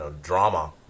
drama